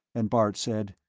and bart said,